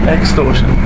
Extortion